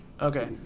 Okay